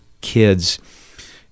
kids